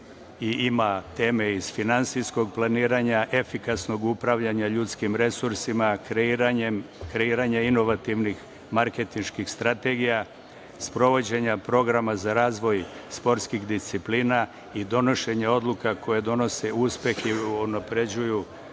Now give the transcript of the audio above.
ima teme iz finansijskog planiranja, efikasnog upravljanja ljudskim resursima, kreiranje inovativnih marketinških strategija, sprovođenja programa za razvoj sportskih disciplina i donošenje odluka koje donose uspeh i unapređuju budućnost